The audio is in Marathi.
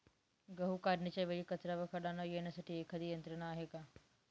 गहू काढणीच्या वेळी कचरा व खडा न येण्यासाठी एखादी यंत्रणा आहे का?